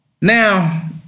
Now